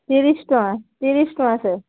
ତିରିଶ ଟଙ୍କା ତିରିଶ ଟଙ୍କା ସାର୍